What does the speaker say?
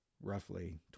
roughly